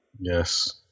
Yes